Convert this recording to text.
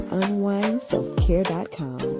unwindselfcare.com